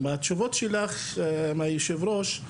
כי מהתשובות שלך מהיושב ראש,